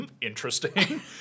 interesting